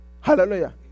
Hallelujah